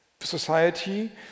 society